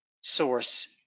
source